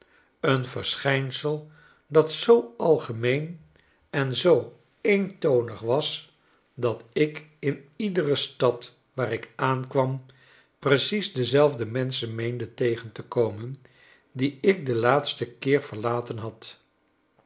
een verschijnsel dat zoo algemeen en zoo eentonig was dat ik in iedere stad waar ik aankwam precies dezelfde menschen meende tegen te komen die ik den laatsten keer verlaten had